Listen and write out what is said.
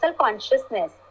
consciousness